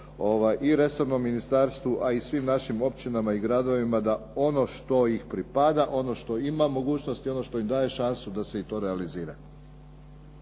i resornom ministarstvu, a i svim našim općinama i gradovima da ono što ih pripada, ono što ima mogućnosti, ono što im daje šansu da se i to realizira.